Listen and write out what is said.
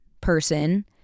person